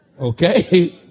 Okay